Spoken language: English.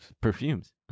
perfumes